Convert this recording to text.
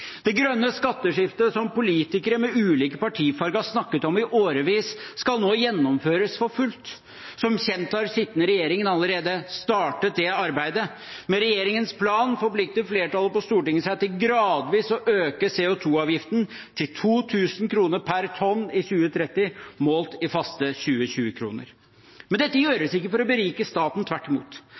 Det grønne skatteskiftet som politikere med ulik partifarge har snakket om i årevis, skal nå gjennomføres for fullt. Som kjent har sittende regjering allerede startet det arbeidet. Med regjeringens plan forplikter flertallet på Stortinget seg til gradvis å øke CO 2 -avgiften til 2 000 kr per tonn i 2030, målt i faste 2020-kroner. Dette gjøres ikke for å berike staten, tvert imot.